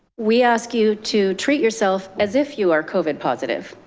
we ask you to treat yourself as if you are covid positive,